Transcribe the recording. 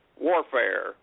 warfare